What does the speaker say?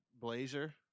blazer